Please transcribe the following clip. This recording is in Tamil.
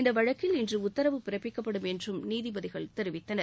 இந்தவழக்கில் இன்றஉத்தரவு பிறப்பிக்கப்படும் என்றும் நீதிபதிகள் தெரிவித்தனர்